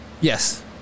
Yes